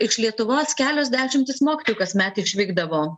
iš lietuvos kelios dešimtys mokytojų kasmet išvykdavo